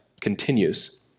continues